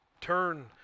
turn